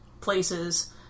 places